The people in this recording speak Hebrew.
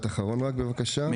להגיד.